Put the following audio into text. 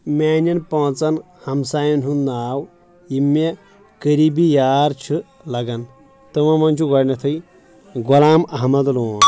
میانٮ۪ن پانٛژن ہمساین ہُنٛد ناو یِم مےٚ قٔریبی یار چھِ لگان تِمو منٛز چھُ گۄڈنیتھٕے غلام احمد لون